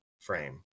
frame